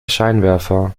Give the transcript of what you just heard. scheinwerfer